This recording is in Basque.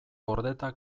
gordeta